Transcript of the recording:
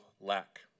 lack